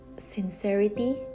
sincerity